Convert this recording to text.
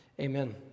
Amen